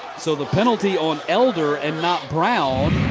so the penalty on elder, and not brown.